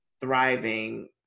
thriving